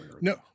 No